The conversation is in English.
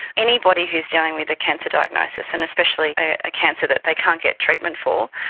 anybody who is dealing with a cancer diagnosis, and especially a cancer that they can't get treatment for,